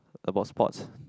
about sports